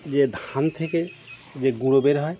যে ধান থেকে যে গুঁড়ো বের হয়